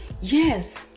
Yes